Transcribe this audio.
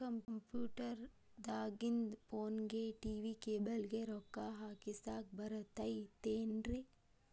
Computer ದಾಗಿಂದ್ ಫೋನ್ಗೆ, TV cable ಗೆ, ರೊಕ್ಕಾ ಹಾಕಸಾಕ್ ಬರತೈತೇನ್ರೇ?